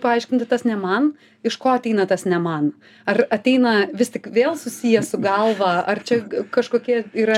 paaiškinti tas ne man iš ko ateina tas ne man ar ateina vis tik vėl susiję su galva ar čia kažkokie yra